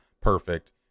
perfect